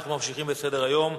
אנחנו ממשיכים בסדר-היום,